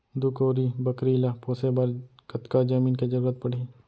दू कोरी बकरी ला पोसे बर कतका जमीन के जरूरत पढही?